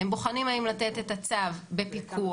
הם בוחנים האם לתת את הצו בפיקוח,